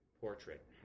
portrait